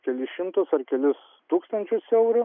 kelis šimtus ar kelis tūkstančius eurų